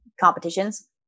competitions